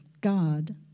God